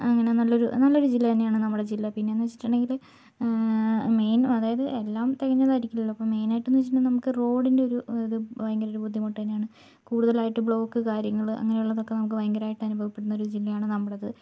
അങ്ങനെ നല്ലൊരു നല്ലൊരു ജില്ല തന്നെയാണ് നമ്മുടെ ജില്ല പിന്നെയെന്നു വച്ചിട്ടുണ്ടെങ്കിൽ മെയിൻ അതായത് എല്ലാം തികഞ്ഞതായിരിക്കില്ലല്ലോ അപ്പം മെയിനായിട്ടെന്നു വച്ചിട്ടുണ്ടെങ്കിൽ നമുക്ക് റോഡിൻ്റെ ഒരു ഇത് ഭയങ്കരമൊരു ബുദ്ധിമുട്ട് തന്നെയാണ് കൂടുതലായിട്ട് ബ്ലോക്ക് കാര്യങ്ങൾ അങ്ങനെ ഉള്ളതൊക്കെ നമുക്ക് ഭയങ്കരമായിട്ട് അനുഭവപ്പെടുന്നൊരു ജില്ലയാണ് നമ്മുടേത്